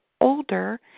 older